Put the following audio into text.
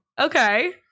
Okay